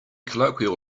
colloquial